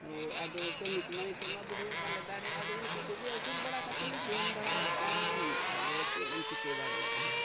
ᱦᱳᱭ ᱟᱫᱚ ᱠᱟᱹᱢᱤ ᱠᱚᱢᱟ ᱱᱤᱛᱳᱜ ᱢᱟ ᱵᱩᱰᱷᱤ ᱦᱚᱲ ᱵᱟᱞᱮ ᱫᱟᱲᱮᱭᱟᱜᱼᱟ ᱟᱫᱚ ᱩᱱᱠᱩ ᱠᱚᱜᱮ ᱟᱹᱥᱩᱞ ᱵᱟᱲᱟ ᱠᱟᱛᱮᱫ ᱞᱮ ᱡᱚᱢ ᱵᱟᱲᱟᱭᱮᱫᱟ ᱟᱫᱚ ᱪᱮᱫ ᱮᱢ ᱪᱤᱠᱟᱹ ᱫᱟᱲᱮᱭᱟᱜᱼᱟ ᱱᱟᱦᱟᱜ